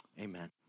Amen